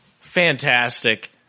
fantastic